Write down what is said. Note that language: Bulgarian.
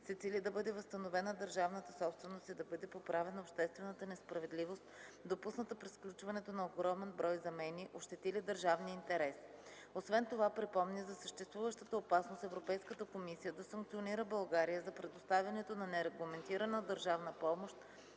цели да бъде възстановена държавната собственост и да бъде поправена обществената несправедливост, допусната при сключването на огромен брой замени, ощетили държавния интерес. Освен това припомни за съществуващата опасност Европейската комисия да санкционира България за предоставянето на нерегламентирана държавна помощ